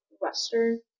Western